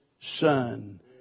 Son